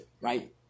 right